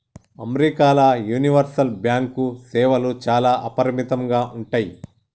అమెరికాల universal bank సేవలు చాలా అపరిమితంగా ఉంటయ్